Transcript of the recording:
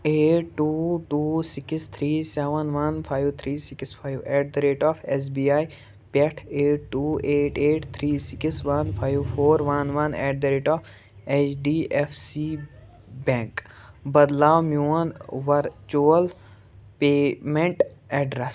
eight two two six three seven one five three six five eight the rate of S B I پٮ۪ٹھ eight two eight eight three six one five four one one eight the rate of H D F C bank بدلاو میون virtual payment address